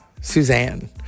Suzanne